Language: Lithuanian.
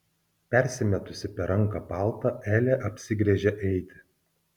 persimetusi per ranką paltą elė apsigręžia eiti